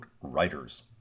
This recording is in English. Writers